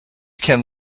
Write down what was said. can